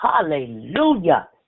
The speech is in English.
Hallelujah